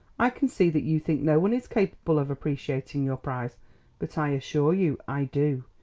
i can see that you think no one is capable of appreciating your prize but i assure you i do!